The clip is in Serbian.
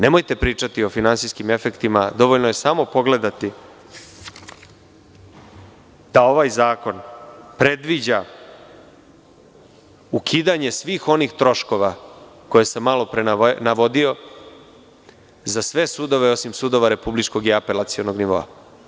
Nemojte pričati o finansijskim efektima, dovoljno je samo pogledati da ovaj zakon predviđa ukidanje svih onih troškova koje sam malopre navodio za sve sudove, osim sudova republičkog i apelacionog nivoa.